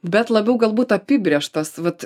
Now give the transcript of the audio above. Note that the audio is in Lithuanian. bet labiau galbūt apibrėžtas vat